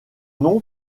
nom